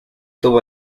tuvo